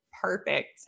perfect